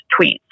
tweets